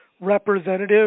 representative